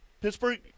Pittsburgh